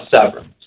severance